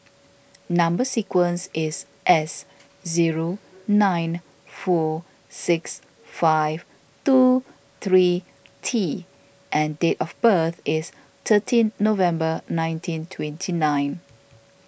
Number Sequence is S zero nine four six five two three T and date of birth is thirteen November nineteen twenty nine